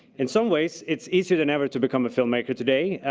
in some ways, it's easier than ever to become a filmmaker today,